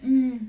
mm